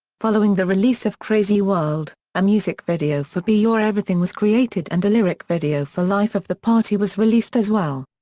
following the release of crazy world, a music video for be your everything was created and a lyric video for life of the party was released as well.